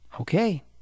okay